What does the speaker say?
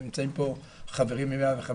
נמצאים פה חברים מ-105,